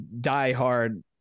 diehard